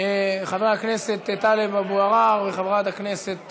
חבר הכנסת טלב אבו עראר וחברת הכנסת